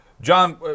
John